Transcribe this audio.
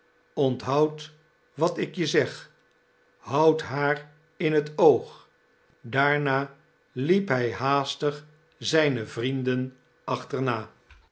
qnthoud wat ik je zeg houd haar in t oog daarna liep hij haastig zijne vrienden achterna